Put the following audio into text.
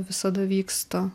visada vyksta